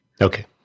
Okay